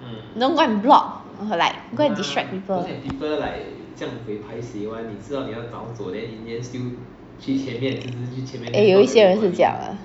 don't go and block or like go and distract people 有一些人是这样的